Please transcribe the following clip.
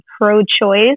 pro-choice